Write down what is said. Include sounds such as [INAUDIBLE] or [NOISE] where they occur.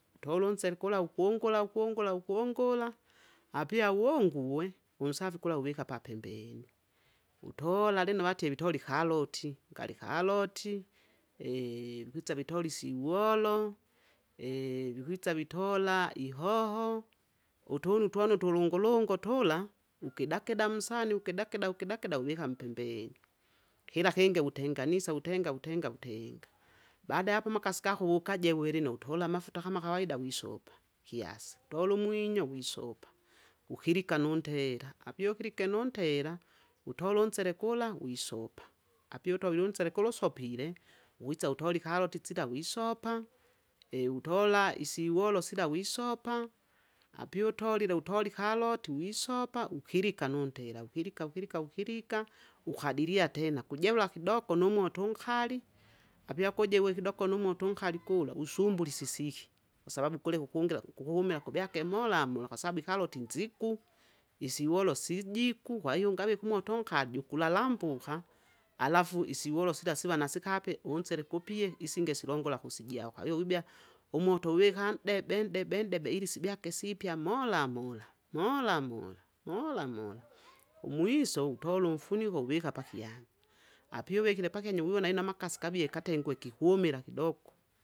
tolu nzelu kula ukungul- vukungula- ukungula, apiya wunguwe, unsafi gula wuweka pa pembeni, hutola lino vatye vitoli haloti, ngali haloti, [UNINTELLIGIBLE] [HESITATION] hutsa vitoli siwolo, [UNINTELLIGIBLE] [HESITATION] vihwitsa vitola ihoho, utunu tunu tulungulungo tula, ugidagida msani wugidagida- ugidagida wuviha mpembeni, hila hinge wutenganisa wutenga- wutenga- wutenga, bada yapo makasi gahu gajehwe lino, wutola mafta hama hawaida wisopa, hiasi, tolu mwinyo wisopa, uhiliga nu ntenda, apyo hilige nu ntela, utolu nzele gula wisopa. Apyu utolilu nzele gulu sopile, witsa hutoli kaloti tsila wisopa, witola isiwolo sila wisopa, apiutolile wutoli haloti wisopa uhiliga nuntela, uhiliga- uhiliga- uhiliga, uhadilia tena, hujeula hidogo numotu nkali. Apya hujewe hidogo nu motu nkali gula usumbuli sisihi. Ksababu gule hugungila uguhumila gubyage mola- mola kwasabu ihaloti nzigu, isiwolo sijigu, hwaiyo ungaveku moto nkajugulalambuha, alafu isiwolo sila siva na sihapi, unzele gupiye, isinge silongola husijahu kwaiyo wibya umoto viha ndebe- ndebe- ndebe ilisibiyage sipya mola- mola, mola- mola, mola- mola, mwiso witolu mfuniho, wuviha pahyanya, apyuvihile pakyanya wiwona ino amakasi gavye gatengwe gihumila hidogo.